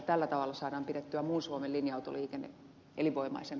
tällä tavalla saadaan pidettyä muun suomen linja autoliikenne elinvoimaisena